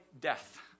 death